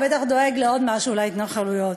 הוא בטח דואג לעוד משהו להתנחלויות.